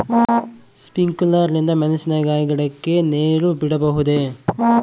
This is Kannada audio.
ಸ್ಪಿಂಕ್ಯುಲರ್ ನಿಂದ ಮೆಣಸಿನಕಾಯಿ ಗಿಡಕ್ಕೆ ನೇರು ಬಿಡಬಹುದೆ?